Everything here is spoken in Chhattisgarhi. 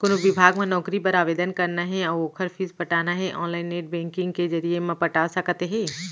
कोनो बिभाग म नउकरी बर आवेदन करना हे अउ ओखर फीस पटाना हे ऑनलाईन नेट बैंकिंग के जरिए म पटा सकत हे